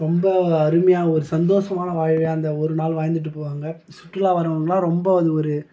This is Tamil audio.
ரொம்ப அருமையாக ஒரு சந்தோஷமான வாழ்வு அந்த ஒரு நாள் வாழ்ந்துட்டு போவாங்க சுற்றுலா வரவங்கள்லாம் ரொம்ப அது ஒரு